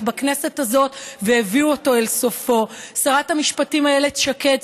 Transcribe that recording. בכנסת הזאת והביאו אותו אל סופו: שרת המשפטים איילת שקד,